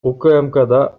укмкда